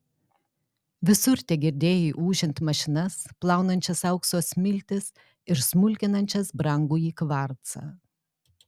visur tegirdėjai ūžiant mašinas plaunančias aukso smiltis ir smulkinančias brangųjį kvarcą